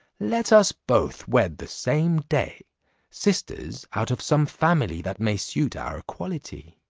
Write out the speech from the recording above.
let us both wed the same day sisters out of some family that may suit our quality.